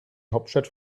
hauptstadt